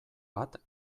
bat